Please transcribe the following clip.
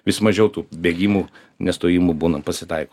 vis mažiau tų bėgimų nestojimų būna pasitaiko